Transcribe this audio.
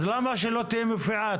אז למה שלא תהיה מופיעה?